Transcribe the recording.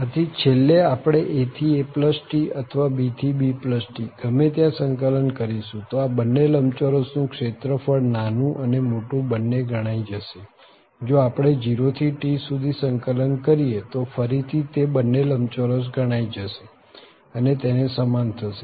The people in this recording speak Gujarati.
આથી છેલ્લે આપણે a થી aT અથવા b થી bT ગમે ત્યાં સંકલન કરીશું તો આ બન્ને લંબચોરસ નું ક્ષેત્રફળ નાનું અને મોટું બન્ને ગણાયી જશે જો આપણે 0 થી T સુધી સંકલન કરીએ તો ફરી થી તે બન્ને લંબચોરસ ગણાયી જશે અને તેને સમાન થશે